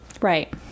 Right